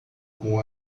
com